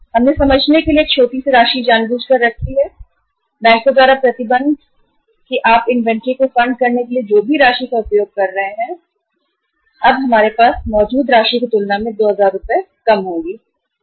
हमने समझने की खातिर एक छोटी सी राशि जानबूझकर रखी है कि ए बैंक द्वारा प्रतिबंध कि आप अपनी इन्वेंट्री को फंड करने के लिए जो भी राशि का उपयोग कर रहे हैं हमारे पास से उधारी अब आपके पास हमारे पास मौजूद राशि की तुलना में 2000 रुपए कम होगी अतीत में उधार लेना